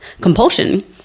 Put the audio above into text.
compulsion